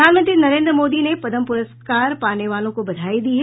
प्रधानमंत्री नरेन्द्र मोदी ने पद्म पुरस्कार पाने वालों को बधाई दी है